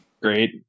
great